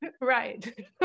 Right